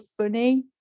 funny